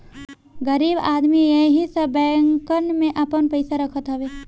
गरीब आदमी एही सब बैंकन में आपन पईसा रखत हवे